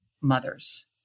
mothers